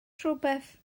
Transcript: rhywbeth